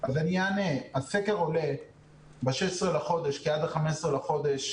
הסקר עולה ב-16 בחודש כי עד ה-15 בחודש,